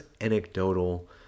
anecdotal